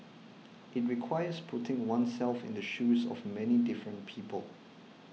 it requires putting oneself in the shoes of many different people